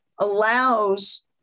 allows